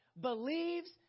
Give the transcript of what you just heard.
believes